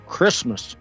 Christmas